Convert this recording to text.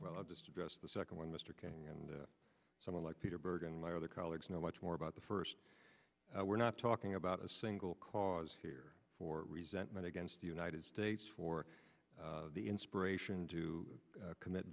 well i'll just address the second one mr king and someone like peter bergen my other colleagues know much more about the first we're not talking about a single cause here for resentment against the united states for the inspiration to commit